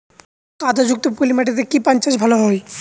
কাদা যুক্ত পলি মাটিতে কি পান চাষ ভালো হবে?